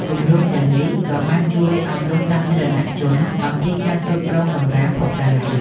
គម្រោងទាំងនេះក៏បានជួយអប់រំសាធារណជនអំពីការគ្រប់គ្រងសំរាមផងដែរ។